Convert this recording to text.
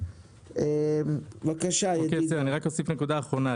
רק אוסיף נקודה אחרונה,